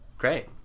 Great